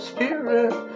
Spirit